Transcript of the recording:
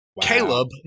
Caleb